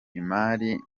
imari